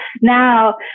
now